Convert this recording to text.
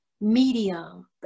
medium